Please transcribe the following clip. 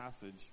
passage